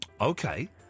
Okay